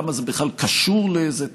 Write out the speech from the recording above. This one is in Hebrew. למה זה בכלל קשור לאיזה תהליך?